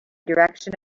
direction